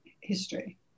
history